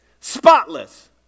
spotless